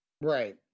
right